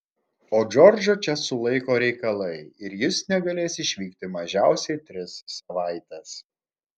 o džordžą čia sulaiko reikalai ir jis negalės išvykti mažiausiai tris savaites